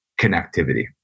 connectivity